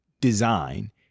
design